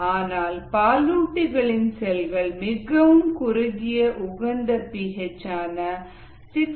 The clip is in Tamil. ஆனால் பாலூட்டிகளின் செல்கள் மிகவும் குறுகிய உகந்த பி ஹெச் ஆன 6